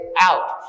out